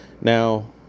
Now